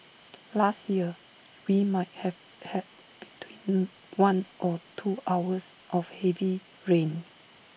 last year we might have had between one or two hours of heavy rain